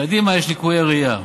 קדימה יש ליקויי ראייה.